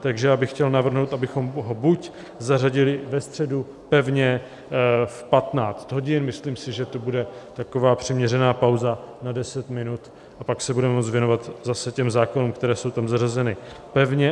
Takže bych chtěl navrhnout, abychom ho buď zařadili ve středu pevně v 15 hodin, myslím si, že to bude taková přiměřená pauza na 10 minut a pak se budeme moct věnovat zase těm zákonům, které jsou tam zařazeny pevně.